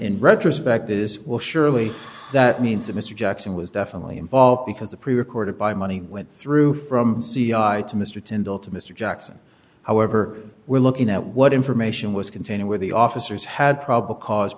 in retrospect this will surely that means that mr jackson was definitely involved because the prerecorded by money went through from c i to mr tyndall to mr jackson however we're looking at what information was contained where the officers had probable cause